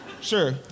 Sure